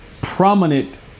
Prominent